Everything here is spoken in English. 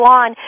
on